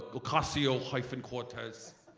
ocasio hyphen cortez.